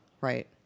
Right